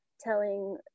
telling